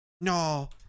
No